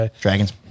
Dragons